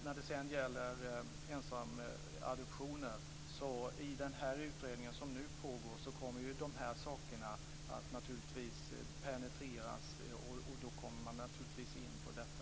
När det sedan gäller adoptioner av ensamstående kommer de här sakerna naturligtvis att penetreras i den utredning som nu pågår, och då kommer man in även på detta.